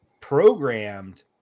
programmed